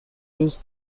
روز